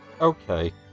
Okay